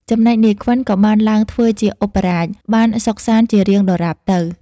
ចំណែក នាយខ្វិន ក៏បានឡើងធ្វើជាឧបរាជ បានសុខសាន្តជារៀងដរាបតទៅ។